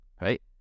right